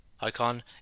icon